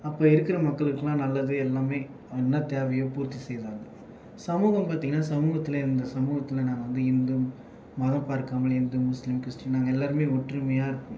அப்போ இருக்கிற மக்களுக்கெலாம் நல்லது எல்லாமே என்ன தேவையோ பூர்த்தி செய்தார்கள் சமூகம் பார்த்திங்கன்னா சமூகத்தில் இந்த சமூகத்தில் நாங்கள் வந்து இந்து மதம் பார்க்காமல் இந்து முஸ்லீம் கிறிஸ்டின் நாங்கள் எல்லோருமே ஒற்றுமையாக இருப்போம்